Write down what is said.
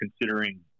considering